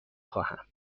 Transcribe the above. خواهم